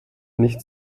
nichts